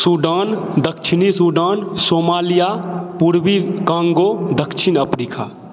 Sudan दक्षिणी Sudan Somalia पूर्वी Congo दक्षिण अफ्रीका